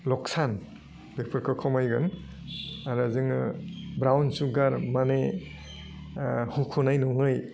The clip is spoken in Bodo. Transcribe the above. लकसान बेफोरखौ खमायगोन आरो जोङो ब्राउन सुगार मानि हुख'नाय नङै